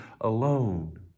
alone